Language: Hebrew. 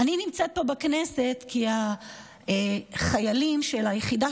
אני נמצאת פה בכנסת כי החיילים של היחידה